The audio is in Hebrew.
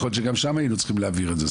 יכול להיות שגם שם היינו צריכים להעביר את זה.